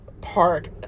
Park